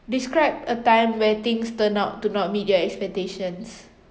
describe a time when things turned out to not meet your expectations